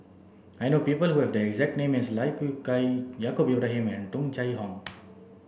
I know people who have the exact name as Lai Kew Chai Yaacob Ibrahim Tung Chye Hong